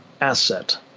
asset